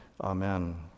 Amen